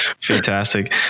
Fantastic